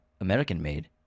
American-made